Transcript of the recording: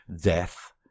death